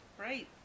Right